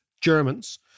Germans